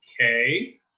okay